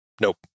Nope